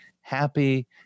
happy